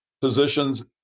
positions